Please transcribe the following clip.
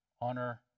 Honor